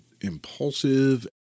impulsive